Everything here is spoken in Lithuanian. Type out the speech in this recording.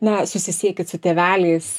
na susisiekit su tėveliais